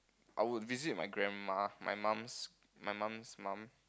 I would visit my grandma my mom's my mom's mom